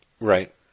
Right